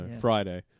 Friday